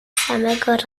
samego